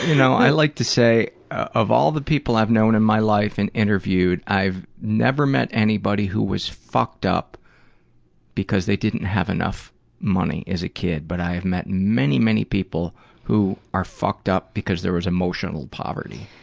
you know, i like to say, of all the people i've known in my life, and interviewed, i've never met anybody who was fucked up because they didn't have enough money as a kid, but i have met many, many people who are fucked up because there was emotional poverty.